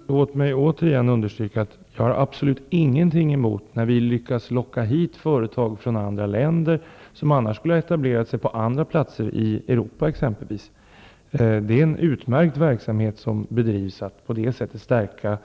Herr talman! Låt mig återigen understryka att jag absolut inte har någonting emot om vi lyckas locka hit företag från andra länder, som annars skulle ha etablerat sig på andra platser, exempelvis i Europa. Det är en utmärkt verksamhet som bedrivs, att stärka